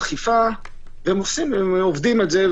אכיפה, והם עובדים על זה.